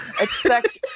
expect